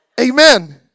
Amen